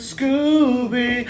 Scooby